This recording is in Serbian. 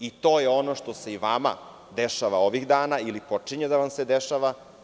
I to je ono što se i vama dešava ovih dana, ili počinje da vam se dešava.